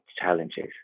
challenges